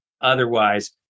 otherwise